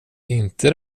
inte